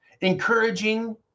encouraging